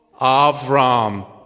Avram